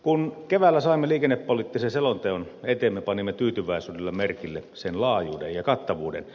kun keväällä saimme liikennepoliittisen selonteon eteemme panimme tyytyväisyydellä merkille sen laajuuden ja kattavuuden